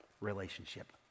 relationship